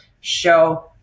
show